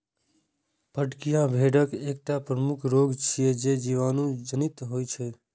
फड़कियां भेड़क एकटा प्रमुख रोग छियै, जे जीवाणु जनित होइ छै